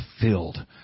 filled